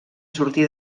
sortir